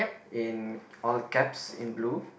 in all caps in blue